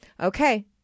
okay